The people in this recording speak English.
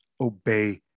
obey